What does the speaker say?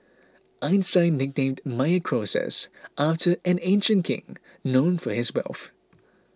Einstein nicknamed Meyer Croesus after an ancient king known for his wealth